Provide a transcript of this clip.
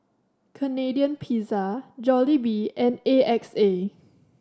Canadian Pizza Jollibee and A X A